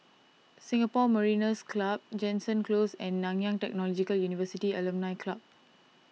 Singapore Mariners' Club Jansen Close and Nanyang Technological University Alumni Club